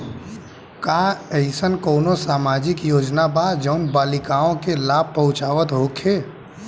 का एइसन कौनो सामाजिक योजना बा जउन बालिकाओं के लाभ पहुँचावत होखे?